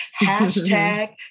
hashtag